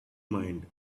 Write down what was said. mind